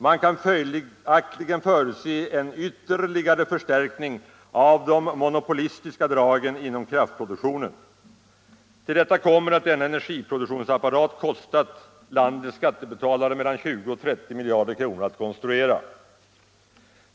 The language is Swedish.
Man kan följaktligen förutse en ytterligare förstärkning av de monopolistiska dragen inom kraftproduktionen.” Till detta kommer att denna energiproduktionsapparat kostat landets skattebetalare mellan 20 och 30 miljarder kronor att konstruera.